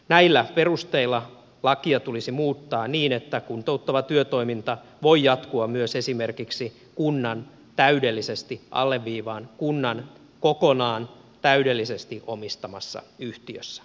näillä perusteilla lakia tulisi muuttaa niin että kuntouttava työtoiminta voi jatkua myös esimerkiksi kunnan täydellisesti alleviivaan kunnan kokonaan täydellisesti omistamassa yhtiössä